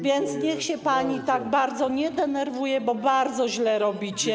Więc niech się pani tak bardzo nie denerwuje, bo bardzo źle robicie.